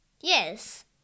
Yes